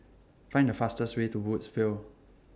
Find The fastest Way to Woodsville